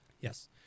yes